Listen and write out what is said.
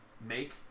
make